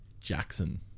Jackson